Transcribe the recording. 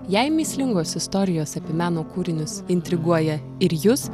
jei mįslingos istorijos apie meno kūrinius intriguoja ir jus